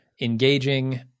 engaging